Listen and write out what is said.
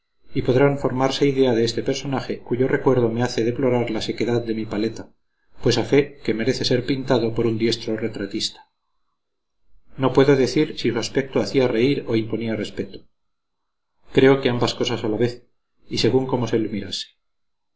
y podrán formarse idea de este personaje cuyo recuerdo me hace deplorar la sequedad de mi paleta pues a fe que merece ser pintado por un diestro retratista no puedo decir si su aspecto hacía reír o imponía respeto creo que ambas cosas a la vez y según como se le